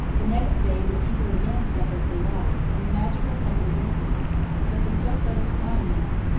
the next day the people again suffered for water, and the magical cup was empty but the so'kus wai'unats,